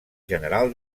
general